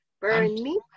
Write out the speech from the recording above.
Bernie